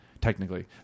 technically